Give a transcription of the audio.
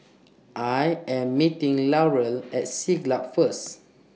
I Am meeting Laurel At Siglap First